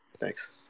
Thanks